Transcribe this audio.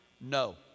No